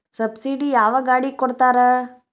Subsidy ಯಾವ ಗಾಡಿಗೆ ಕೊಡ್ತಾರ?